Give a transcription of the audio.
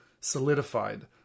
solidified